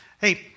Hey